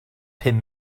pum